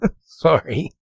Sorry